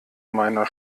meiner